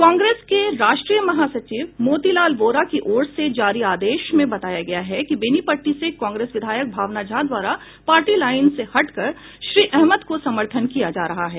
कांग्रेस के राष्ट्रीय महासचिव मोतीलाल वोरा की ओर से जारी आदेश में बताया गया है कि बेनीपट्टी से कांग्रेस विधायक भावना झा द्वारा पार्टी लाइन से हटकर श्री अहमद को समर्थन किया जा रहा है